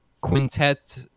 quintet